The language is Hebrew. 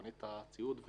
את הציוד,